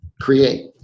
create